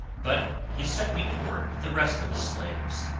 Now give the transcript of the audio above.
but he set me to work with the rest of his slaves.